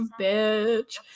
bitch